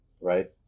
right